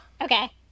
Okay